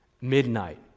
midnight